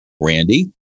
Randy